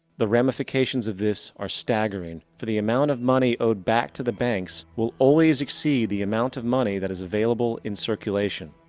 the ramifications of this are staggering, for the amount of money owed back to the banks will always exceed the amount of money that is available in circulation.